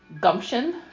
gumption